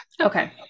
okay